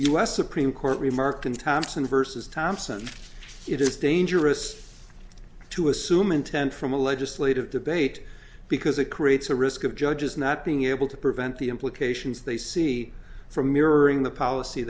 s supreme court remarked in thompson versus thompson it is dangerous to assume intent from a legislative debate because it creates a risk of judges not being able to prevent the implications they see from mirroring the policy